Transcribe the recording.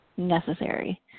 necessary